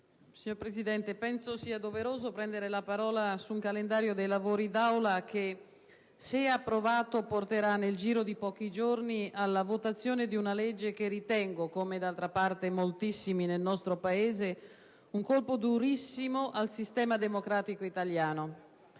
Signor Presidente, penso sia doveroso prendere la parola sul calendario dei lavori d'Aula che, se approvato, porterà nel giro di pochi giorni alla votazione di una legge che ritengo - come, d'altra parte, moltissimi nel nostro Paese - un colpo durissimo al sistema democratico italiano.